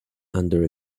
under